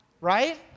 right